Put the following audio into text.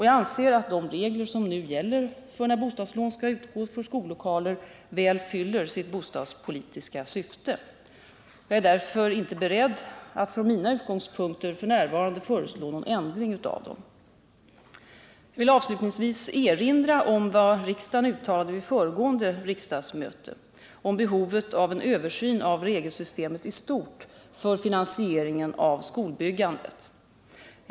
Jag anser att de regler som nu gäller för när bostadslån skall kunna utgå för skollokaler väl fyller sitt bostadspolitiska syfte. Jag är därför inte beredd att från mina utgångspunkter f. n. föreslå någon ändring av dem. Jag vill avslutningsvis erinra om vad riksdagen uttalade vid föregående riksmöte om behovet av en översyn av regelsystemet i stort för finansieringen av skolbyggandet.